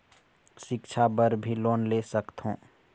सिक्छा बर भी लोन ले सकथों?